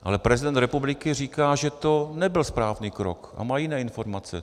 Ale prezident republiky říká, že to nebyl správný krok, a má jiné informace.